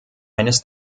eines